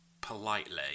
politely